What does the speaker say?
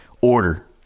order